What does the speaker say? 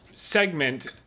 segment